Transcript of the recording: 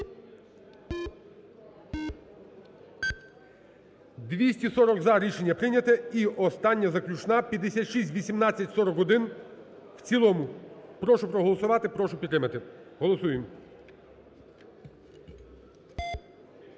За-240 Рішення прийнято. І остання, заключна 5618-41 в цілому. Прошу проголосувати, прошу підтримати. Голосуємо.